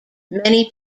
many